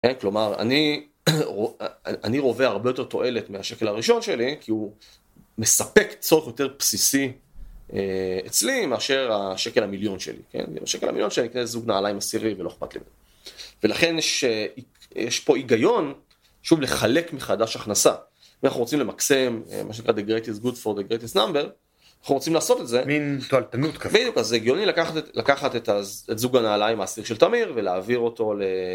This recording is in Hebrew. כלומר, אני רווה הרבה יותר תועלת מהשקל הראשון שלי, כי הוא מספק צורך יותר בסיסי אצלי מאשר השקל המיליון שלי. בשקל המיליון שלי אני אקנה זוג נעליים עשירי ולא אכפת לי ממנו. ולכן יש פה היגיון, שוב, לחלק מחדש הכנסה. אם אנחנו רוצים למקסם, מה שנקרא, the greatest good for the greatest number, אנחנו רוצים לעשות את זה. מין תועלתנות כזאת. בדיוק, אז זה הגיוני לקחת את זוג הנעליים העשירי של תמיר ולהעביר אותו ל...